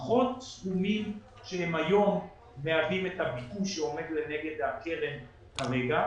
פחות סכומים שהיום מהווים את הביקוש שעומד לנגד הקרן כרגע.